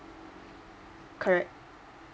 correct